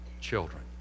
children